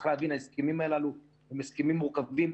צריך להבין, ההסכמים הללו הם הסכמים מורכבים.